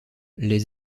les